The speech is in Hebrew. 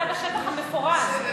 זה בשטח המפורז,